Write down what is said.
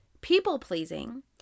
people-pleasing